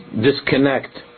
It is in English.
disconnect